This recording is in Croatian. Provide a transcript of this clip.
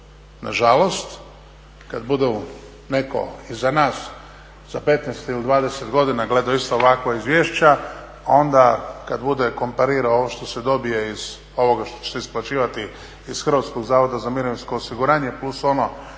nažalost kada bude netko iza nas za 15 ili 20 godina gledao isto ovakva izvješća, onda kada bude komparirao ovo što se dobije iz ovoga što će se isplaćivati iz Hrvatskog zavoda za mirovinsko osiguranje plus ono